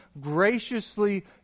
graciously